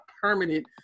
permanent